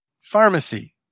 Pharmacy